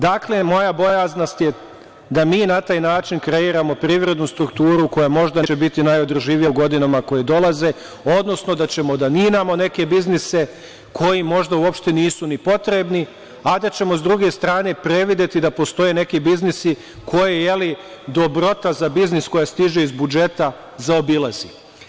Dakle, moja bojaznost je da mi na taj način kreiramo privrednu strukturu, koja možda neće biti najodrživija u godinama koje dolaze, odnosno da ćemo da ninamo neke biznise koji možda uopšte nisu ni potrebni, a da ćemo s druge strane, prevideti da postoje neki biznisi koje dobrota za biznis koji stiže iz budžeta zaobilazi.